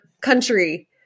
country